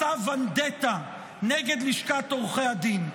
מסע ונדטה נגד לשכת עורכי הדין.